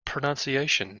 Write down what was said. pronunciation